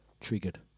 Triggered